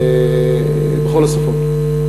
בכל השפות.